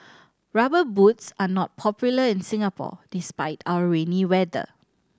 Rubber Boots are not popular in Singapore despite our rainy weather